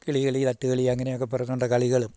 കിളി കിളി തട്ടുകളി അങ്ങനെയക്കെ പറഞ്ഞുകൊണ്ടുള്ള കളികളും